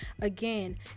Again